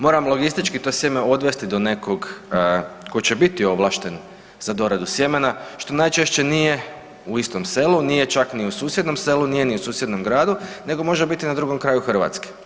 Moram logistički to sjeme odvesti do nekog tko će biti ovlašten za doradu sjemena, što najčešće nije u istom selu, nije čak ni u susjednom selu, nije ni u susjednom gradu, nego može biti na drugom kraju Hrvatske.